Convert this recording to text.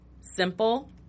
simple